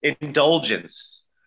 Indulgence